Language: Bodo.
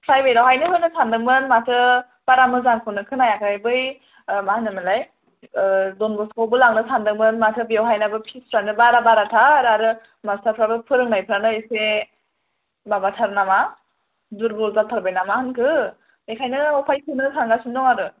प्रायभेट आवहायनो होनो सानदोंमोन माथो बारा मोजांखौनो खोनायाखै बै मा होनोमोनलाय ओ डन बस्क' आव बो लांनो सानदोंमोन माथो बेयावहायनाबो फिस फ्रानो बारा बारा थार आरो मास्थार फ्राबो फोरोंनाय फोरानो एसे माबा थार नामा दुरबल जाथारबाय ना मा होनखो बेखायनो बबेयाव सोनो सानगासिन दं आरो